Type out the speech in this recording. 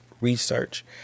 Research